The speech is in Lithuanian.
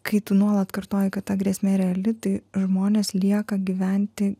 kai tu nuolat kartoji kad ta grėsmė reali tai žmonės lieka gyventi